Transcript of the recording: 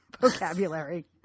vocabulary